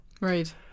Right